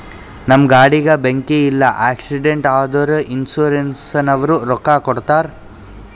ನಮ್ ಗಾಡಿಗ ಬೆಂಕಿ ಇಲ್ಲ ಆಕ್ಸಿಡೆಂಟ್ ಆದುರ ಇನ್ಸೂರೆನ್ಸನವ್ರು ರೊಕ್ಕಾ ಕೊಡ್ತಾರ್